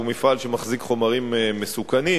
שהוא מפעל שמחזיק חומרים מסוכנים,